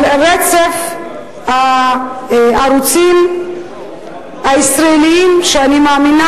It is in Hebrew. על רצף הערוצים הישראליים שאני מאמינה